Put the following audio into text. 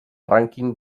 rànquing